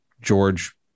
George